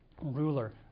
ruler